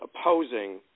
opposing